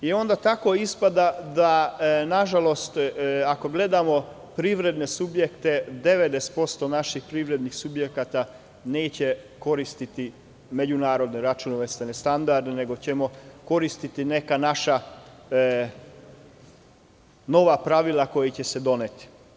Nažalost, ispada ako gledamo privredne subjekte, 90% naših privrednih subjekata neće koristiti međunarodne računovodstvene standarde nego će koristiti neka naša nova pravila koja će se doneti.